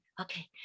okay